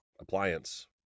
appliance